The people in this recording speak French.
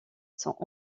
sont